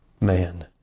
man